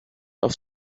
auf